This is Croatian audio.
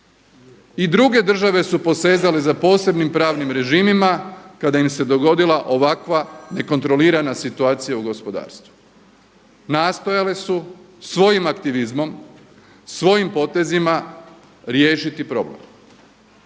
I druge države su posezale za posebnim pravnim režimima kada im se dogodila ovakva nekontrolirana situacija u gospodarstvu. Nastojale su svojim aktivizmom, svojim potezima riješiti problem